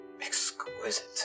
Exquisite